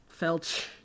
Felch